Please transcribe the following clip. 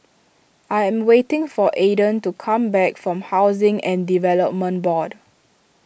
I am waiting for Aiden to come back from Housing and Development Board